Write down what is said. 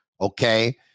Okay